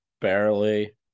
barely